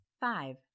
five